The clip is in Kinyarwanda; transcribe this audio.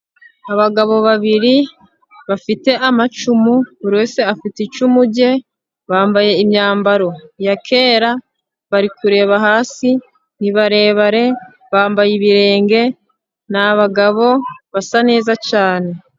Abagabo babiri bafite amacumu, buri wese afite icumu rye, bambaye imyambaro ya kera, bari kureba hasi, ni barebare, bambaye ibirenge, ni abagabo basa neza cyane.